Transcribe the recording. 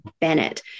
Bennett